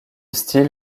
style